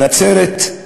נצרת,